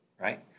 right